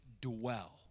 dwell